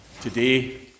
today